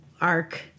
arc